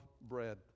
bread